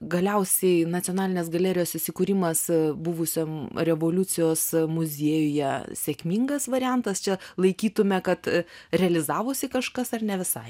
galiausiai nacionalinės galerijos įsikūrimas buvusiam revoliucijos muziejuje sėkmingas variantas čia laikytume kad realizavosi kažkas ar ne visai